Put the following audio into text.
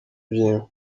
by’imbwa